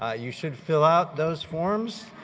ah you should fill out those forms,